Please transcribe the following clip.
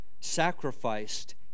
sacrificed